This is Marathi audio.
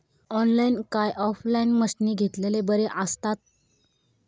ऑनलाईन काय ऑफलाईन मशीनी घेतलेले बरे आसतात?